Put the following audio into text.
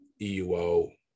EUO